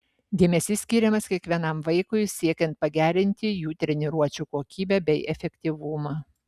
dėmesys skiriamas kiekvienam vaikui siekiant pagerinti jų treniruočių kokybę bei efektyvumą